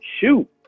shoot